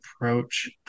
approach